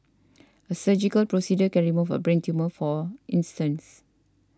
a surgical procedure can remove a brain tumour for instance